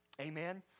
Amen